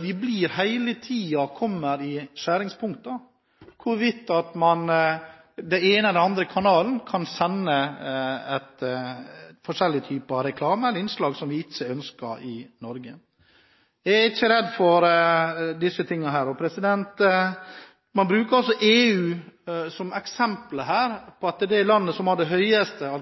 vi hele tiden kommer i skjæringspunktet for hvorvidt den ene eller den andre kanalen kan sende forskjellige typer reklame eller innslag som vi ikke ønsker i Norge. Jeg er ikke redd for disse tingene. Man bruker EU-landene som eksempel på land som har det høyeste alkoholforbruket